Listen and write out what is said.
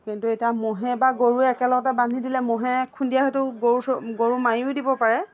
কিন্তু এতিয়া ম'হে বা গৰুৱে একেলগতে বান্ধি দিলে ম'হে খুন্দিয়াই হয়তো গৰু গৰু মাৰিও দিব পাৰে